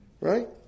Right